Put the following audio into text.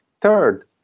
Third